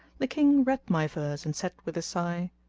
the king read my verse and said with a sigh,